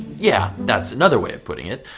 yeah. that's another way of putting it.